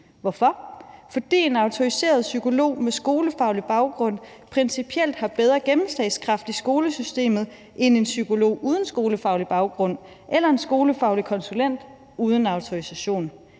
Hvorfor? Fordi en autoriseret psykolog med en skolefaglig baggrund principielt har bedre gennemslagskraft i skolesystemet end en psykolog uden en skolefaglig baggrund eller en skolefaglig konsulent uden en autorisation.